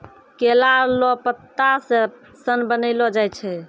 केला लो पत्ता से सन बनैलो जाय छै